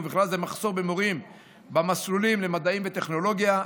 ובכלל זה מחסור במורים במסלולים למדעים וטכנולוגיה,